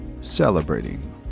celebrating